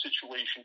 situation